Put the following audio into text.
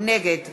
נגד